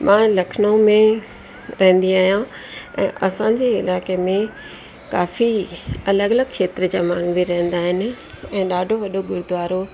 मां लखनऊ में रहंदी आहियां ऐं असांजे इलाइक़े में काफ़ी अलॻि अलॻि खेत्र जा माण्हू बि रहंदा आहिनि ऐं ॾाढो वॾो गुरुद्वारो